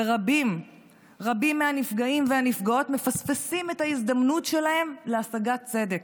ורבים רבים מהנפגעים והנפגעות מפספסים את ההזדמנות שלהם להשגת צדק.